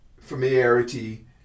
familiarity